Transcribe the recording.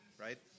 right